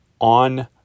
on